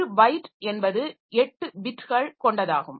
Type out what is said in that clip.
ஒரு பைட் என்பது 8 பிட்கள் கொண்டதாகும்